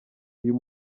uyu